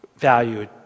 Value